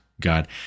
God